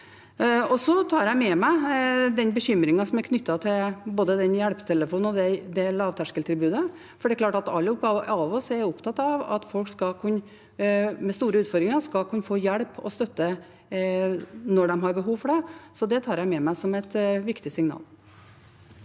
Jeg tar med meg bekymringen knyttet til hjelpetelefonen og det lavterskeltilbudet. Det er klart at vi alle er opptatt av at folk med store utfordringer skal kunne få hjelp og støtte når de har behov for det. Så det tar jeg med meg som et viktig signal.